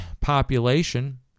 population